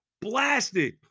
blasted –